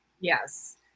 Yes